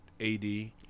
AD